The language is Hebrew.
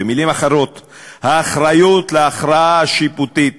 במילים אחרות, האחריות להכרעה השיפוטית